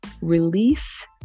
release